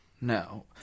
no